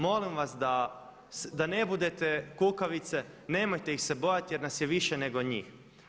Molim vas da ne budete kukavice, nemojte ih se bojati jer nas je više nego njih.